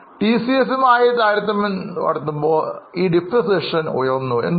TCS മായി താരതമ്യപ്പെടുത്തുമ്പോൾ ഇത് ഉയർന്നത് എന്തുകൊണ്ട്